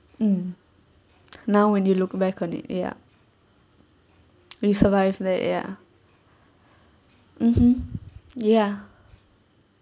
mm now when you look back on it ya we survive like ya mmhmm ya